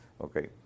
Okay